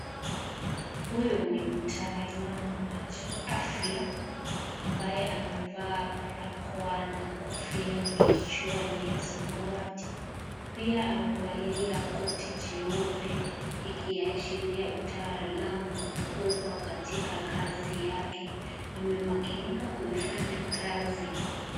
Huyo ni mtaalamu wa kiafya, ambaye amevaa barakoa na kofia kichwani ya samawati. Pia amevalia koti cheupe ikiashiria utaalamu kubwa katika kazi yake. Amemakinika kufanya kazi.